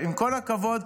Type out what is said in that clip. עם כל הכבוד,